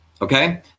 okay